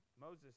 Moses